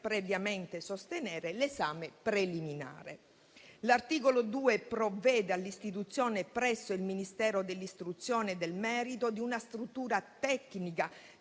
previamente sostenere l'esame preliminare. L'articolo 2 provvede all'istituzione, presso il Ministero dell'istruzione del merito, di una struttura tecnica